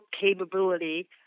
capability